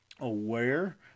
aware